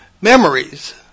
memories